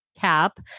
cap